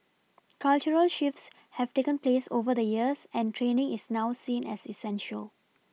cultural shifts have taken place over the years and training is now seen as essential